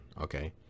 Okay